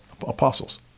Apostles